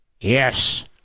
Yes